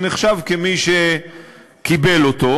הוא נחשב כמי שקיבל אותו,